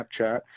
Snapchat